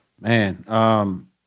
Man